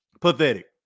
Pathetic